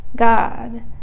God